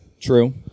True